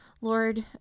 Lord